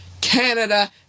Canada